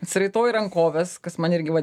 atsiraitoji rankoves kas man irgi va